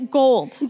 gold